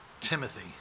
Timothy